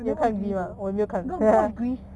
I never watch glee though no you 看过 grease